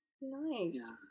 nice